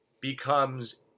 becomes